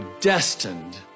destined